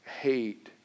hate